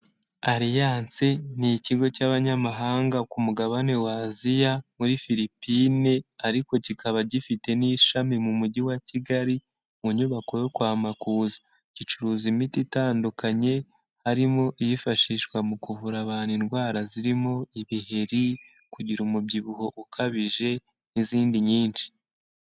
Alliance ni ikigo cy'abanyamahanga ku mugabane wa Aziya muri Philipine ariko kikaba gifite n'ishami mu mujyi wa Kigali mu nyubako yo kwa Makuza, gicuruza imiti itandukanye harimo iyifashishwa mu kuvura abantu indwara zirimo ibiheri, kugira umubyibuho ukabije n'izindi nyinshi.